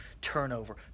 Turnover